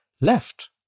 left